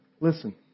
Listen